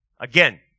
Again